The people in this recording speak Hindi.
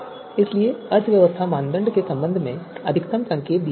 इसलिए अर्थव्यवस्था मानदंड के संबंध में अधिकतम संकेत दिया गया है